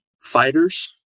Fighters